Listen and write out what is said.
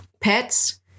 pets